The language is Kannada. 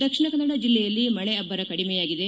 ದಕ್ಷಿಣ ಕನ್ನಡ ಜಿಲ್ಲೆಯಲ್ಲಿ ಮಳೆ ಅಬ್ಬರ ಕಡಿಮೆಯಾಗಿದೆ